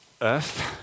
earth